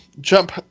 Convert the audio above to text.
jump